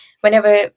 whenever